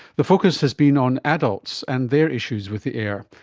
the focus has been on adults and their issues with the air.